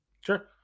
Sure